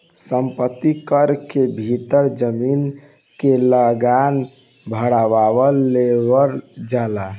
संपत्ति कर के भीतर जमीन के लागान भारवा लेवल जाला